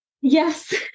Yes